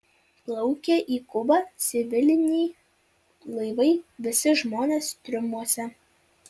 plaukia į kubą civiliniai laivai visi žmonės triumuose